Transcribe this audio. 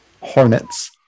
Hornets